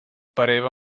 pareva